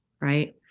right